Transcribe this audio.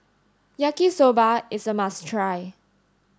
Yaki Soba is a must try